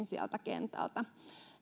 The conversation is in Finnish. sieltä kentältä